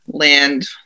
Land